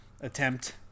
attempt